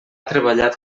treballat